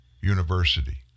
University